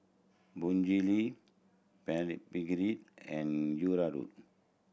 Bonjela Blephagel and